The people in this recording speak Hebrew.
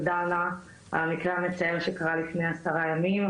דנה על המקרה המצער שקרה לפני עשרה ימים,